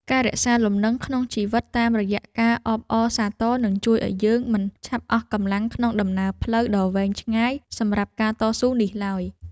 ការរក្សាលំនឹងក្នុងជីវិតតាមរយៈការអបអរសាទរនឹងជួយឱ្យយើងមិនឆាប់អស់កម្លាំងក្នុងដំណើរផ្លូវដ៏វែងឆ្ងាយសម្រាប់ការតស៊ូនេះឡើយ។